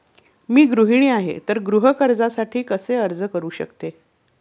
मी गृहिणी आहे तर गृह कर्जासाठी कसे अर्ज करू शकते?